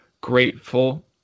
grateful